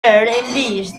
impeached